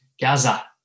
Gaza